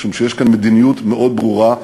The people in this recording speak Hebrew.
יש כאן מדיניות מאוד ברורה.